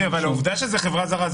העובדה שזו חברה זרה,